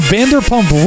Vanderpump